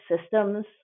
systems